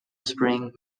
spring